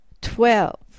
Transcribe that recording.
Twelve